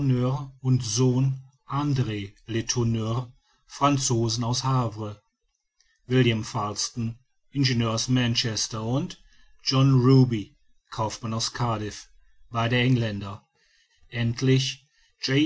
letourneur franzosen aus havre william falsten ingenieur aus manchester und john ruby kaufmann aus cardiff beide engländer endlich